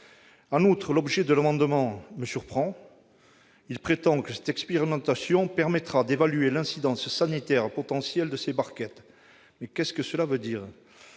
En outre, l'objet de l'amendement me surprend. Le Gouvernement y indique que cette expérimentation permettra d'évaluer l'incidence sanitaire potentielle de ces barquettes. Qu'est-ce que cela signifie ?